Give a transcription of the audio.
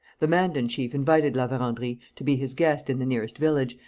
the mandan chief invited la verendrye to be his guest in the nearest village,